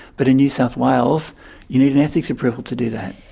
but in new south wales you need an ethics approval to do that.